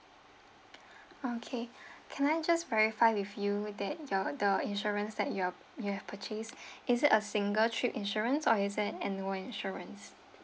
okay can I just verify with you with that your the insurance that you are you have purchased is it a single trip insurance or is that annual insurance